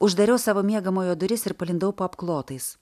uždariau savo miegamojo duris ir palindau po apklotais